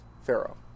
Pharaoh